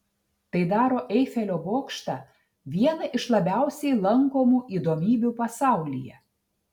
tai daro eifelio bokštą viena iš labiausiai lankomų įdomybių pasaulyje